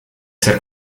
ser